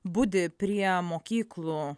budi prie mokyklų